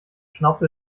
schnaubte